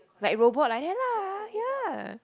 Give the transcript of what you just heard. like robot like that lah ya